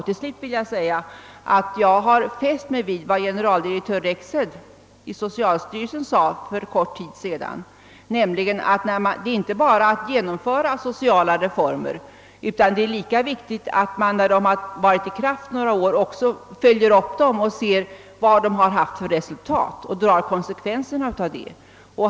Till slut vill jag säga att jag fäst mig vid vad generaldirektör Rexed i socialstyrelsen sagt för en kort tid sedan, nämligen att det inte bara är viktigt att genomföra sociala reformer utan att det är lika viktigt att man, när reformerna varit i kraft några år, följer upp dem och ser vad de har haft för resultat och drar konsekvenserna därav.